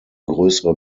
größere